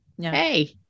hey